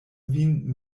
vin